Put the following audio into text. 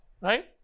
right